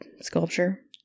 sculpture